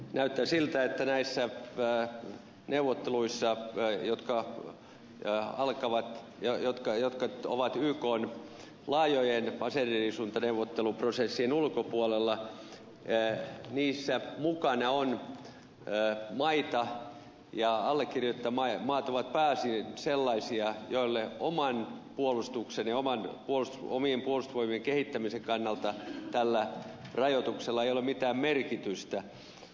näyttää siltä että näissä neuvotteluissa jotka ovat ykn laajojen aseidenriisuntaneuvotteluprosessien ulkopuolella mukana ole enää maitoa ja allekirjoittama eu maat ovat on maita joille oman puolustuksen ja omien puolustusvoimien kehittämisen kannalta tällä rajoituksella ei ole mitään merkitystä ja allekirjoittajamaat ovat pääosin sellaisia